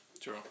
True